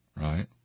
Right